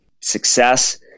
success